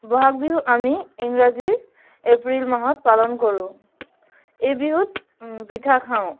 বহাগ বিহু আমি ইংৰাজীৰ এপ্ৰিল মাহত পালন কৰোঁ এই বিহুত পিঠা খাওঁ